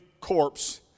corpse